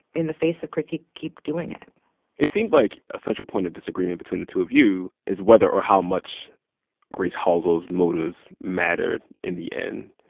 in the face of critique, keep doing it it seemed like a central point of disagreement between the two of you is whether or how much grace halsell's motives mattered in the end.